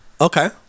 Okay